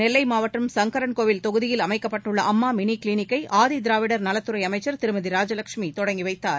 நெல்லை மாவட்டம் சங்கரன்கோவில் தொகுதியில் அமைக்கப்பட்டுள்ள அம்மா மினி க்ளினிக்கை ஆதிதிராவிடர் நலத்துறை அமைச்சர் திருமதி ராஜலட்சுமி தொடங்கி வைத்தார்